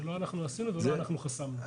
לא אנחנו עשינו ולא אנחנו חסמנו.